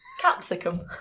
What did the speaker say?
Capsicum